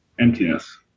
emptiness